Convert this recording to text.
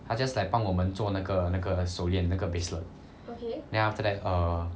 她 just like 帮我们做那个那个手链那个 bracelet then after that err